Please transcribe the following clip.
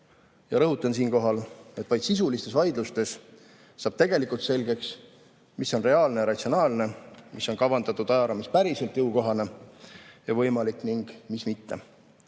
Ma rõhutan siinkohal, et vaid sisulistes vaidlustes saab tegelikult selgeks, mis on reaalne ja ratsionaalne, mis on kavandatud ajaraamis päriselt jõukohane ja võimalik, ning mis mitte.